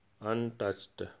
untouched